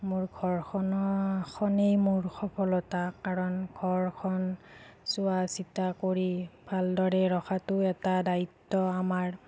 মোৰ ঘৰখনৰখনেইতেই মোৰ সফলতা কাৰণ ঘৰখন চোৱা চিতা কৰি ভাল দৰে ৰখাটো এটা দায়িত্ব আমাৰ